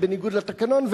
וזה בניגוד לתקנון,